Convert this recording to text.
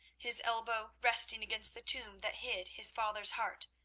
his elbow resting against the tomb that hid his father's heart,